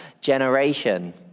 generation